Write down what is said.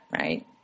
right